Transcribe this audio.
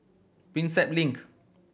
Prinsep Link